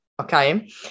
okay